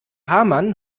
hamann